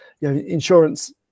Insurance